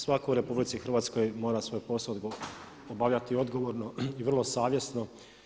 Svatko u RH mora svoj posao obavljati odgovorno i vrlo savjesno.